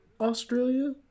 Australia